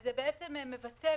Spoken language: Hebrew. זה מבטא,